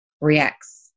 reacts